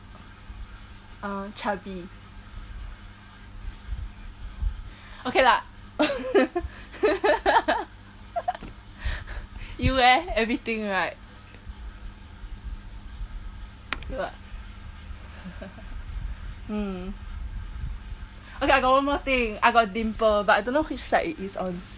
uh chubby okay lah you leh everything right what mm okay I got one more thing I got dimple but I don't know which side is it on